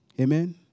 Amen